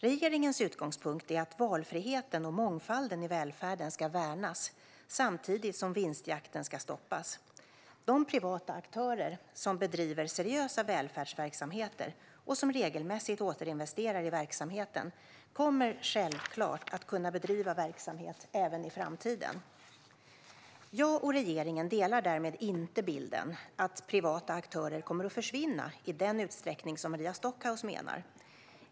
Regeringens utgångspunkt är att valfriheten och mångfalden i välfärden ska värnas samtidigt som vinstjakten ska stoppas. De privata aktörer som bedriver seriösa välfärdsverksamheter och som regelmässigt återinvesterar i verksamheten kommer självklart att kunna bedriva verksamhet även i framtiden. Jag och regeringen håller därmed inte med om att privata aktörer kommer att försvinna i den utsträckning som Maria Stockhaus menar.